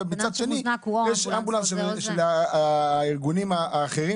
מצד שני יש אמבולנס של הארגונים האחרים